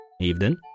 Evening